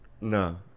no